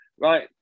Right